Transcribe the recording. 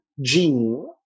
gene